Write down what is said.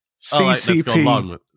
CCP